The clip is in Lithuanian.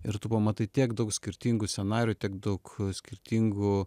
ir tu pamatai tiek daug skirtingų scenarijų tiek daug skirtingų